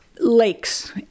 lakes